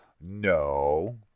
no